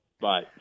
Bye